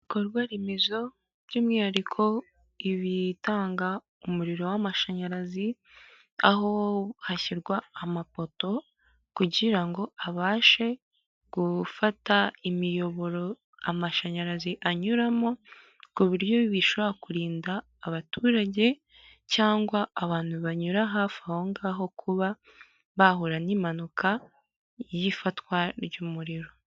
Ibikorwa remezo by'umwihariko ibitanga umuriro w'amashanyarazi, aho hashyirwa amapoto, kugira ngo abashe gufata imiyoboro amashanyarazi anyuramo, ku buryo bishobora kurinda abaturage, cyangwa abantu banyura hafi aho ngaho kuba, bahura n'impanuka y'ifatwa ry'umuriro.